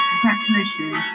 Congratulations